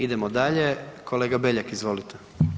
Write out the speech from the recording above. Idemo dalje, kolega Beljak izvolite.